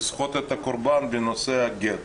לסחוט את הקורבן בנושא הגט.